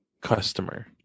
customer